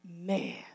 Man